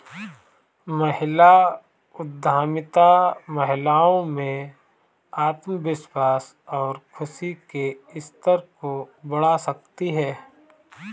महिला उद्यमिता महिलाओं में आत्मविश्वास और खुशी के स्तर को बढ़ा सकती है